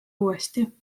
uuesti